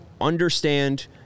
understand